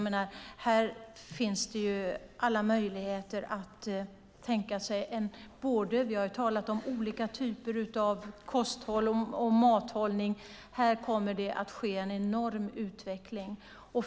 Vi har talat om olika typer av kosthållning och mathållning. Här kommer det att ske en enorm utveckling.